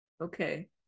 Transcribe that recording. Okay